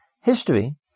history